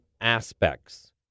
aspects